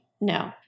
No